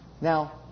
Now